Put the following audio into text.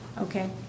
Okay